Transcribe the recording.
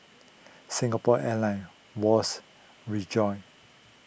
Singapore Airline Wall's Rejoice